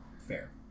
Fair